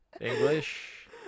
English